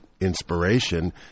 inspiration